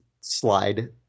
slide